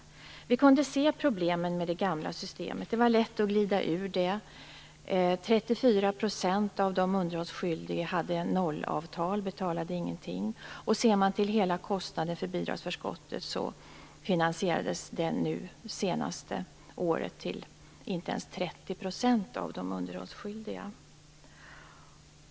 Det fanns problem med det gamla systemet. Det var lätt att glida ur det. 34 % av de underhållsskyldiga hade noll-avtal och betalade inte någonting. Under det senaste året finansierades hela kostnaden för bidragsförskottet inte ens till 30 % av de underhållsskyldiga.